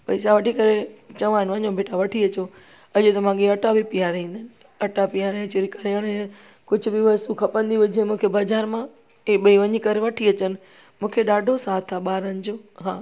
पेसा वठी करे चवांनि वञो बेटा वठी अचो अॼु त माॻेई अटा बि पीहारे ईंदा आहिनि अटा पीहारे अचे करण कुझु बि वस्तु खपंदी हुजे मूंखे बाज़ार मां हे ॿई वञी करे वठी अचनि मूंखे ॾाढो साथ आहे ॿारनि जो हा